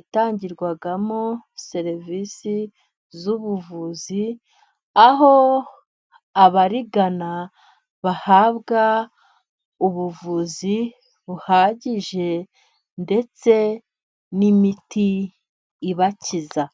itangirwamo serivisi z'ubuvuzi, aho abarigana bahabwa ubuvuzi buhagije ndetse n'imiti ibakiza.